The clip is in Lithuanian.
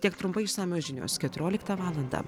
tiek trumpai išsamios žinios keturioliktą valandą